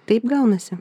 taip gaunasi